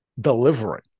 delivering